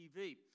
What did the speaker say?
TV